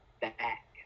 back